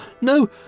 no